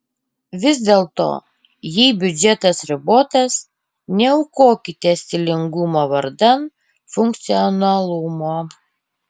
vis dėlto jei biudžetas ribotas neaukokite stilingumo vardan funkcionalumo